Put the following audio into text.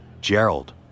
Gerald